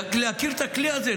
להכיר את הכלי הזה.